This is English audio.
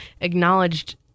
acknowledged